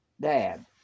dad